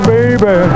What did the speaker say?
Baby